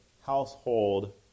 household